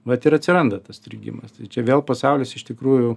vat ir atsiranda tas strigimas tai čia vėl pasaulis iš tikrųjų